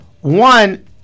one